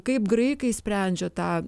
kaip graikai sprendžia tą